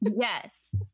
yes